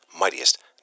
mightiest